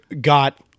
got